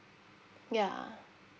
ya